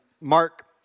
Mark